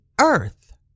earth